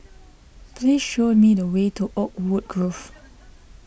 please show me the way to Oakwood Grove